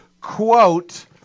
quote